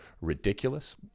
ridiculous